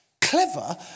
clever